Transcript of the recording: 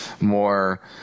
more